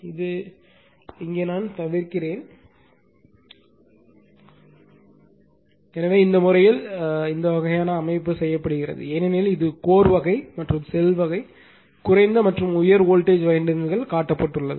இது இங்கே நான் தவிர்க்கிறேன் எனவே இந்த முறையில் இந்த வகையான கட்டுமானம் செய்யப்படுகிறது ஏனெனில் இது கோர் வகை மற்றும் ஷெல் வகை குறைந்த மற்றும் உயர் வோல்டேஜ் வைண்டிங்குகள் காட்டப்பட்டுள்ளது